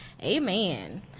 Amen